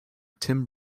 tim